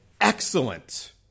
excellent